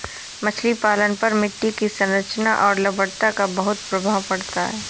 मछली पालन पर मिट्टी की संरचना और लवणता का बहुत प्रभाव पड़ता है